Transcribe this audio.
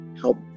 help